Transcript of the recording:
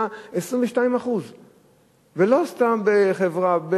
היה 22%. ולא סתם בחברה,